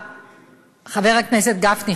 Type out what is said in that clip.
חבר הכנסת גפני,